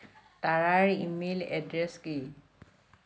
তাৰাৰ email address কি